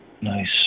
Nice